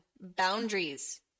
boundaries